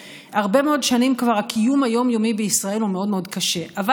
והם גם הולכים לשלם את רוב המיסים במדינה הזאת כדי